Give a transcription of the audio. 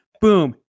Boom